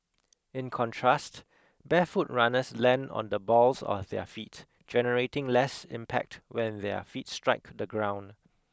in contrast barefoot runners land on the balls of their feet generating less impact when their feet strike the ground